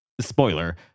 Spoiler